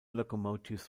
locomotives